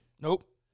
Nope